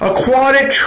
Aquatic